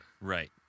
Right